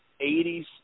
80s